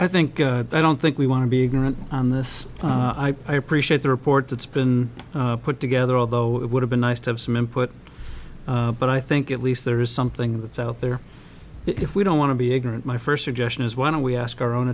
i think i i don't think we want to be ignorant on this i appreciate the report that's been put together although it would have been nice to have some input but i think if least there is something that's out there if we don't want to be ignorant my first suggestion is why don't we ask our own